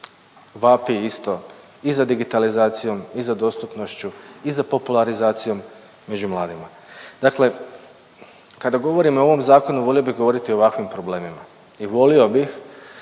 vapi isto i za digitalizacijom i za dostupnošću i za popularizacijom među mladima. Dakle kada govorimo o ovom zakonu, volio bih govoriti o ovakvim problemima i volio bih